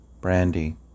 Brandy